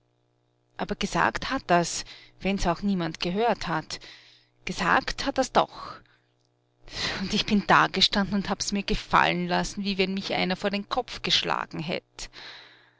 aber gesagt hat er's wenn's auch niemand gehört hat gesagt hat er's doch und ich bin dagestanden und hab mir's gefallen lassen wie wenn mich einer vor den kopf geschlagen hätt